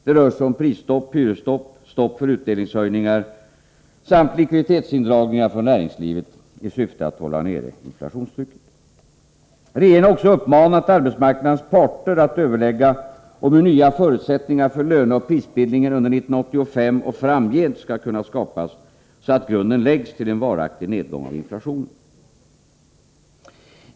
Det rör sig om prisstopp, hyresstopp, stopp för utdelningshöjningar samt likviditetsindragningar från näringslivet i syfte att hålla nere inflationstrycket. Vidare har regeringen uppmanat arbetsmarknadens parter att överlägga om hur nya förutsättningar för löneoch prisbildningen under 1985 och framgent skall kunna skapas, så att grunden läggs till en varaktig nedgång av inflationen.